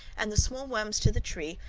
and the small worms to the tree,